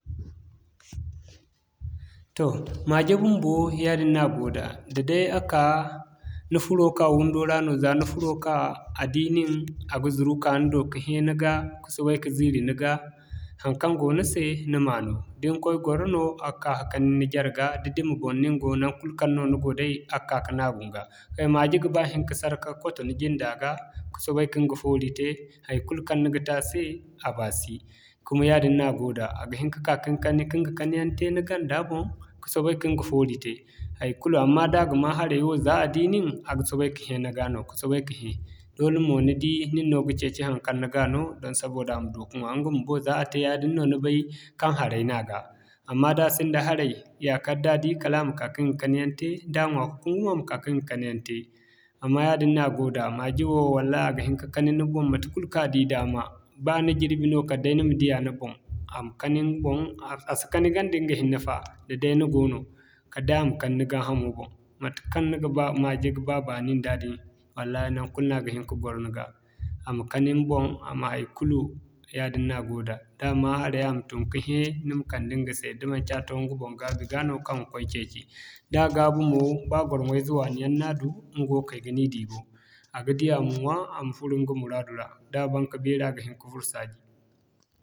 Toh maje bumbo yaadin no a go da, da'day a a, ni furo ka wundo ra no za ni furo ka a di nin, a ga zuru ka ni do ka hẽ ni ga ka soobay ka ziiri ni ga haŋkaŋ go ni se ni ma no. Da ni koy gwaro no a ga ka kani ni jarga, da dima boŋ no ni go, naŋkul kaŋ ni go day, a ga ka'ka naagu ni ga. Hay maje ga ba hin ka sarku ni jinda ga, ka soobay ka ɲga foori te, haikulu kaŋ ni ga te a se, a baasi. Kuma yaadin no i go da a ga hin ka'ka kin ga kani yaŋ te ni ganda boŋ, ka soobay ka ɲga foori te haikulu, amma da a ga ma haraiwo za a di nin, a ga soobay ka hẽ ni ga no ka soobay ka hẽ. Doole mo ni di, nin no ga ceeci haŋkaŋ ni ga no don sabida a ma du ma ɲwa, ɲga bumbo za a te yaadin no ni bay kaŋ haray no a ga. Amma da a sinda haray ya kala da di, kala a ma ka kin ga kani yaŋ te da a ɲwa ka kungu, a ma ka ka ɲga kani yaŋ te amma yaadin no a go da maje wo wallah a ga hin ka'kani ni boŋ matekul kaŋ a di daama. Ba ni jirbi no kala day ni m'a diya ni boŋ a ma kani ni boŋ, a si kani ganda ɲga hinne fa, da'day ni goono kala day a ma kani ni gaahamo boŋ. Matekaŋ ni ga ba maje ga ba baani nda din, walla nangu kulu no a ga hin ka gwaro ni ga. A ma kani ni boŋ, a ma haikulu, yaadin no a go da. Da ma haray a ma tun ka hẽ ni ma kande ɲga se da manci a to ɲga boŋ ga da gaabi ga no kaŋ ga koy ceeci. Da gaabu mo, ba gwarŋwo ize waani yaŋ no a du, ɲgawo k'ay ga ni di bo. A ga di a ma ɲwa, a ma furo ɲga muraadu ra.